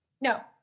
No